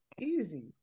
Easy